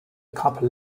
couple